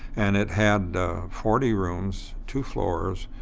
and it had forty rooms, two floors,